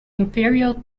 imperial